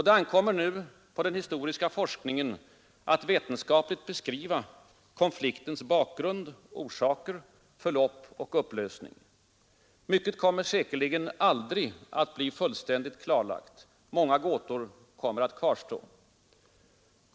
Det ankommer nu på den historiska forskningen att vetenskapligt beskriva konfliktens bakgrund, orsaker, förlopp och upplösning. Mycket kommer säkert aldrig att bli fullständigt klarlagt. Många gåtor kommer att kvarstå.